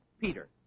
Peter